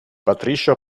patricia